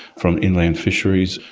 from inland fisheries,